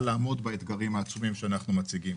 לעמוד באתגרים העצומים שאנחנו מציגים.